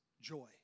joy